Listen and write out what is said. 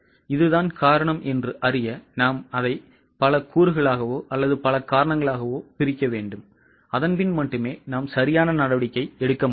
இதுதான் காரணம் என்று அறிய நாம் அதை பல காரணங்களாக பிரிக்க வேண்டும் அதன்பின் மட்டுமே நாம் சரியான நடவடிக்கை எடுக்க முடியும்